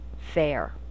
Fair